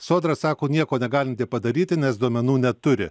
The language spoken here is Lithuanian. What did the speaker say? sodra sako nieko negalinti padaryti nes duomenų neturi